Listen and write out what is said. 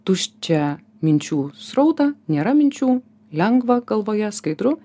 tuščią minčių srautą nėra minčių lengva galvoje skaidru